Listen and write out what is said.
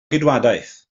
geidwadaeth